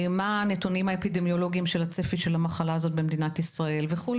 מה הנתונים האפידמיולוגיים של הצפי של המחלה הזאת במדינת ישראל וכו'.